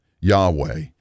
Yahweh